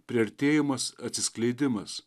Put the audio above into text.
priartėjimas atsiskleidimas